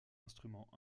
instrument